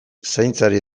zaintzari